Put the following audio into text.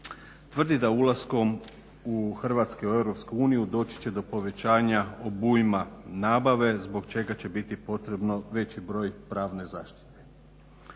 Tvrdi da ulaskom Hrvatske u Europsku uniju doći će do povećanja obujma nabave zbog čega će biti potrebno veći broj pravne zaštite.